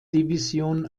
division